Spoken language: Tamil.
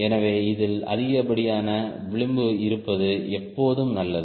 எனவே இதில் அதிகப்படியான விளிம்பு இருப்பது எப்போதும் நல்லது